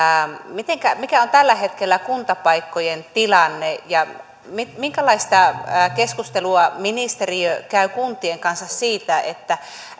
mikä on tällä hetkellä kuntapaikkojen tilanne ja minkälaista keskustelua ministeriö käy kuntien kanssa siitä että